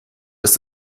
ist